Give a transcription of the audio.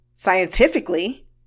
scientifically